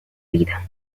vida